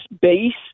base